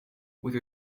with